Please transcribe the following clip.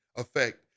effect